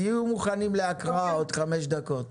תהיו מוכנים להקראה עוד חמש דקות.